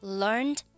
learned